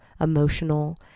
emotional